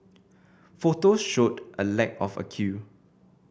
photos showed a lack of a queue